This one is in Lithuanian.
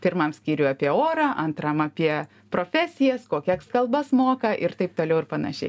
pirmam skyriuj apie orą antram apie profesijas kokias kalbas moka ir taip toliau ir panašiai